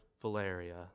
Valeria